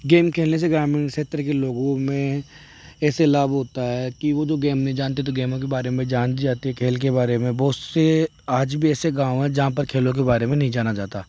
game खेलने से ग्रामीण क्षेत्र के लोगों में ऐसे लाभ होता है कि वो जो गेम नहीं जानते तो गेमों के बारे में जान जाते खेल के बारे में बहुत से आज भी ऐसे गाँव हैं जहाँ पर खेलों के बारे में नहीं जाना जाता